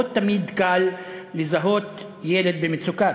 לא תמיד קל לזהות ילד במצוקה.